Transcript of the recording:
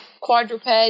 quadruped